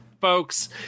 folks